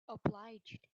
obliged